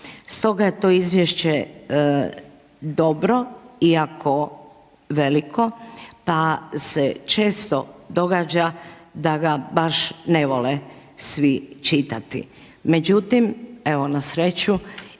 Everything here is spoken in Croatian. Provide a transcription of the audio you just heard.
Stoga je to izvješće dobro, iako veliko, pa se često događa da ga baš ne vole svi čitati. Međutim, evo, na sreću,